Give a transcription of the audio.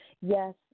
Yes